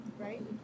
Right